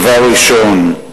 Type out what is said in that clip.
דבר ראשון: